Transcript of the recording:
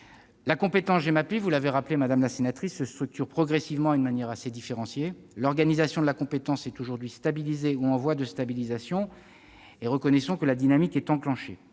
La compétence Gemapi, vous l'avez rappelé, madame la sénatrice, se structure progressivement et de manière différenciée : l'organisation de la compétence est aujourd'hui stabilisée ou en voie de l'être. Reconnaissons donc que la dynamique est enclenchée.